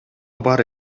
бар